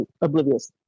oblivious